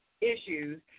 issues